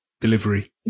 delivery